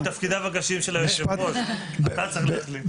זה חלק מתפקידיו הקשים של היושב-ראש אתה צריך להחליט.